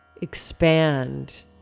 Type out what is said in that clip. expand